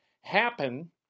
happen